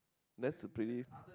that's a pretty